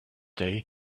day